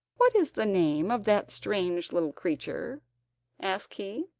what is the name of that strange little creature asked he.